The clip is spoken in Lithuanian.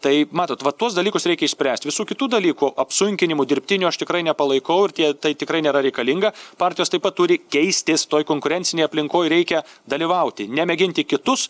tai matot va tuos dalykus reikia išspręst visų kitų dalykų apsunkinimų dirbtinių aš tikrai nepalaikau ir tie tai tikrai nėra reikalinga partijos taip pat turi keistis toj konkurencinėj aplinkoj reikia dalyvauti nemėginti kitus